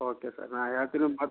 okay sir ನಾನು ಎರಡು ತಿಂಗ್ಳು